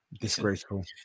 Disgraceful